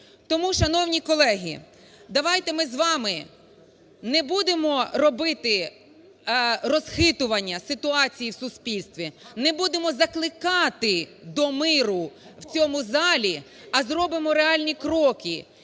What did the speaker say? Тому, шановні колеги, давайте ми з вами не будемо робити розхитування ситуації в суспільстві, не будемо закликати до миру в цьому залі, а зробимо реальні кроки